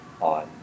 on